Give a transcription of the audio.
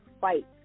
fight